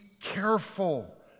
careful